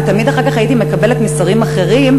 ותמיד אחר כך הייתי מקבלת מסרים אחרים,